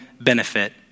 benefit